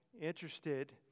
interested